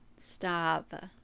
Stop